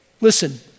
Listen